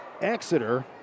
Exeter